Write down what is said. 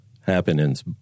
happenings